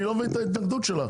אז אני לא מבין את ההתנגדות שלך.